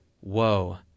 Whoa